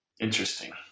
interesting